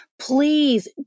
Please